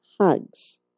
Hugs